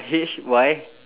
H Y